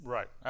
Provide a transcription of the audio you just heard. Right